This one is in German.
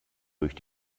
durch